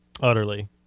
Utterly